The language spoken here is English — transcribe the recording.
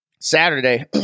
Saturday